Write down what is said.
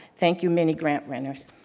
thank you, many grant winners.